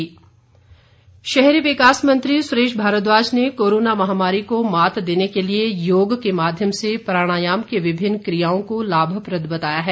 सुरेश भारद्वाज शहरी विकास मंत्री सुरेश भारद्वाज ने कोरोना महामारी को मात देने के लिए योग के माध्यम से प्राणायाम के विभिन्न कियाओं को लाभप्रद बताया है